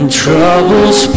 troubles